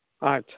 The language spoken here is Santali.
ᱟᱪᱪᱷᱟ